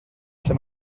lle